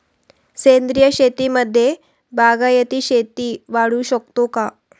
सेंद्रिय शेतीमध्ये बागायती शेती वाढवू शकतो का?